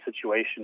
situation